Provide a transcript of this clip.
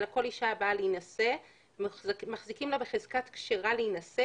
אלא כל אישה הבאה להינשא מחזיקים לה בחזקת כשרה להינשא